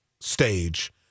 stage